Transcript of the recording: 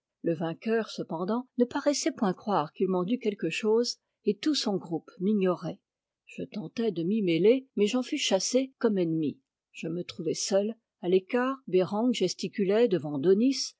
le vainqueur cependant ne paraissait point croire qu'il m'en dût quelque chose et tout son groupe m'ignorait je tentai de m'y mêler mais j'en fus chassé comme ennemi je me trouvai seul a l'écart bereng gesticulait devant daunis